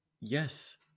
Yes